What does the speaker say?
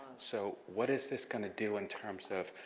so, what is this gonna do in terms of,